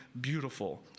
beautiful